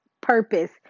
purpose